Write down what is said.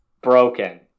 broken